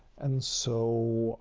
and so,